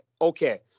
okay